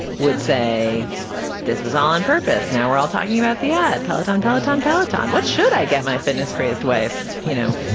would say this was on purpose now we're all talking about the ad. peladon, palatine, palatine. what should i get my fitness crazed wife? you know,